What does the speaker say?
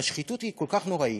והשחיתות היא כל כך נוראית,